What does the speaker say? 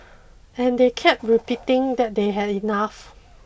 and they kept repeating that they had enough